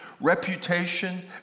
reputation